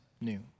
new